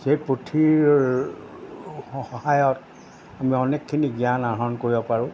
সেই পুথিৰ সহায়ত আমি অনেকখিনি জ্ঞান আহৰণ কৰিব পাৰোঁ